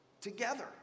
together